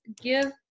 give